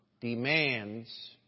demands